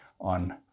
on